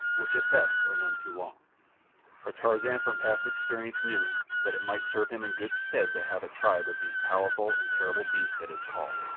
which at best are none too long for tarzan from past experience knew that it might serve him in good stead to have a tribe of these powerful and terrible beasts at his call.